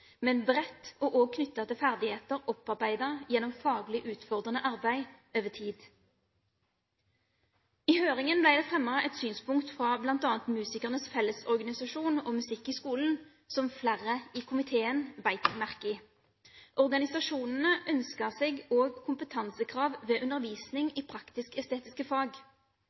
men bredt og også knyttet til ferdigheter opparbeidet gjennom faglig utfordrende arbeid over tid. I høringen ble det fremmet et synspunkt fra bl.a. Musikernes fellesorganisasjon og Musikk i Skolen som flere i komiteen bet seg merke i. Organisasjonene ønsker seg også kompetansekrav ved undervisning i praktisk-estetiske fag.